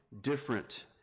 different